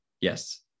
Yes